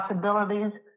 possibilities